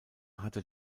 hatte